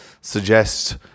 suggest